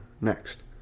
Next